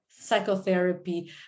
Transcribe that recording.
Psychotherapy